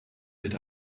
mit